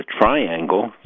triangle